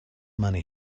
money